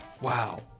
Wow